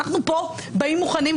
אנחנו באים לפה מוכנים.